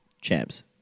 Champs